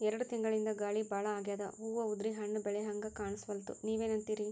ಎರೆಡ್ ತಿಂಗಳಿಂದ ಗಾಳಿ ಭಾಳ ಆಗ್ಯಾದ, ಹೂವ ಉದ್ರಿ ಹಣ್ಣ ಬೆಳಿಹಂಗ ಕಾಣಸ್ವಲ್ತು, ನೀವೆನಂತಿರಿ?